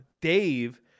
Dave